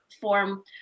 form